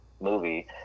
movie